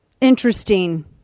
interesting